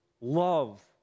love